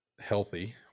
healthy